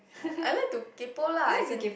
I like to kaypo lah as in